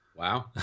Wow